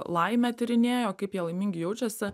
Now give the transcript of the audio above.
laimę tyrinėjo kaip jie laimingi jaučiasi